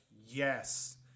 yes